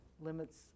limits